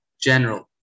general